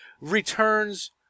returns